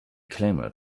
clamored